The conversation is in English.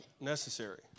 necessary